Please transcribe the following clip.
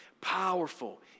Powerful